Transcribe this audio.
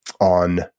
on